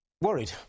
Worried